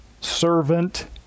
servant